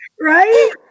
Right